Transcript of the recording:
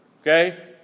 Okay